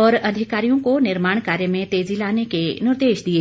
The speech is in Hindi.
और अधिकारियों को निर्माण कार्य में तेजी लाने के निर्देश दिए